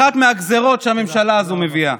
אחת מהגזרות שהממשלה הזו מביאה,